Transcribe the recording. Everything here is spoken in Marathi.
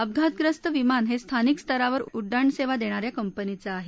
अपघातग्रस्त विमान हे स्थानिक स्तरावर उड्डाणसेवा देणाऱ्या कंपनीचं आहे